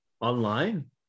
Online